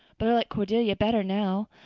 but i like cordelia better now.